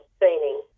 training